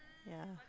yeah